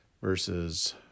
versus